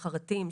חרטים,